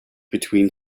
between